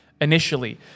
initially